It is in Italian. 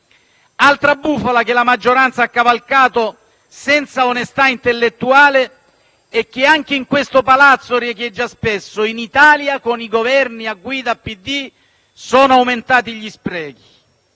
Un'altra bufala che la maggioranza ha cavalcato senza onestà intellettuale, e che anche in questo palazzo riecheggia spesso, è quella per cui in Italia con i Governi a guida PD sono aumentati gli sprechi.